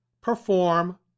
perform